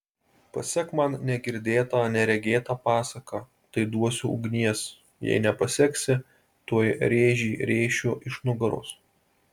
pasek man negirdėtą neregėtą pasaką tai duosiu ugnies jei nepaseksi tuoj rėžį rėšiu iš nugaros